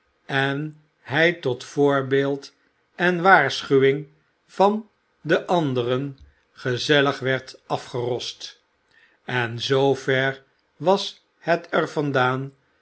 en hij tot voorbeeld en waarschuwing van de anderen gezellig werd afgerost en zoo ver was het er vandaan